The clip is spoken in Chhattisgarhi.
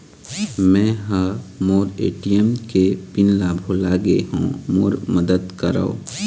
मै ह मोर ए.टी.एम के पिन ला भुला गे हों मोर मदद करौ